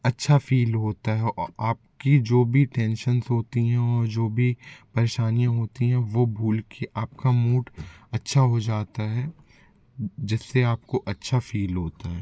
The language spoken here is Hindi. अच्छा फील होता है और आपकी जो भी टेंशंस होती हैं और जो भी परेशानियाँ होती हैं वो भूल के आपका मूड अच्छा हो जाता है जिससे आपको अच्छा फील होता है